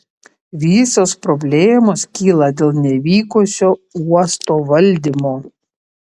visos problemos kyla dėl nevykusio uosto valdymo